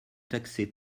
taxait